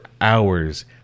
hours